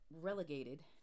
relegated